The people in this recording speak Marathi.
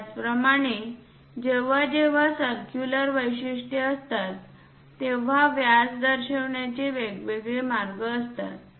त्याचप्रमाणे जेव्हा जेव्हा सर्क्युलर वैशिष्ट्ये असतात तेव्हा व्यास दर्शविण्याचे वेगवेगळे मार्ग असतात